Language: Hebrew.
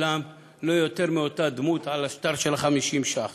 אצלם כלא יותר מאותה דמות על השטר של 50 ש"ח.